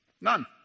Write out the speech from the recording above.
none